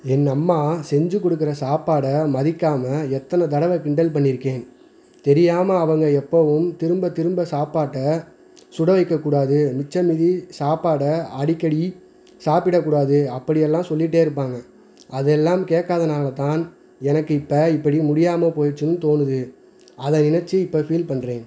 என் அம்மா செஞ்சுக் கொடுக்குற சாப்பாடை மதிக்காமல் எத்தனை தடவை கிண்டல் பண்ணியிருக்கேன் தெரியாமல் அவங்க எப்பவும் திரும்ப திரும்ப சாப்பாட்டை சுட வைக்கக்கூடாது மிச்சம் மீதி சாப்பாடை அடிக்கடி சாப்பிடக்கூடாது அப்படி எல்லாம் சொல்லிட்டே இருப்பாங்க அதெல்லாம் கேக்காததனால தான் எனக்கு இப்போ இப்படி முடியாமல் போய்டுச்சுனு தோணுது அதை நினத்து இப்போ ஃபீல் பண்ணுறேன்